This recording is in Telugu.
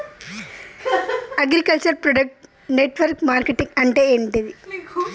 అగ్రికల్చర్ ప్రొడక్ట్ నెట్వర్క్ మార్కెటింగ్ అంటే ఏంది?